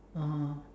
(uh huh)